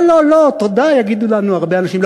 לא, לא, לא, תודה יגידו לנו הרבה אנשים.